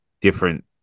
different